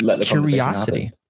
curiosity